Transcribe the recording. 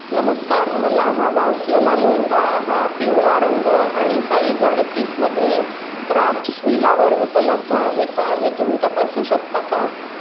नमस्कार मला हवा असलेला लेहंगा हा पिवळा रंग आणि साईज अडतीसमध्ये क्राफ्ट्सव्हिलावर उपलब्ध आहे का हे तुम्ही तपासू शकता का